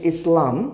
Islam